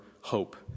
hope